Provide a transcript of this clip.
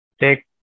take